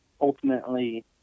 ultimately